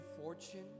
fortune